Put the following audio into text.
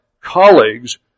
colleagues